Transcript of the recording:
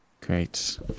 Great